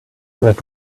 that